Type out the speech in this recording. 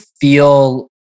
feel